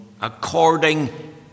according